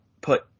put